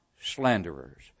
slanderers